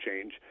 change